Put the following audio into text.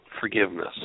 forgiveness